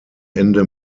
ende